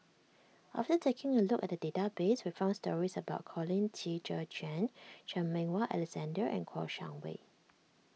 after taking a look at the database we found stories about Colin Qi Zhe Quan Chan Meng Wah Alexander and Kouo Shang Wei